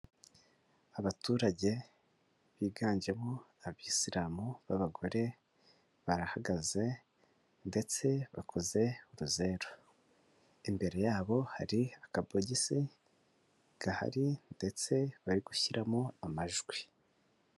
Abaturage biganjemo abisilamu b'abagore, barahagaze ndetse bakoze utuzeru, imbere yabo hari akabogisi gahari ndetse bari gushyiramo amajwi.